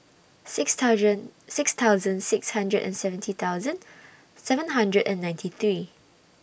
six thousand six thousand six hundred and seventy thousand seven hundred and ninety three